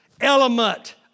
element